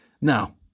now